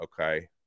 okay